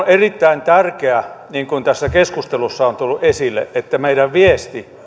erittäin tärkeää niin kuin tässä keskustelussa on tullut esille että meidän viestimme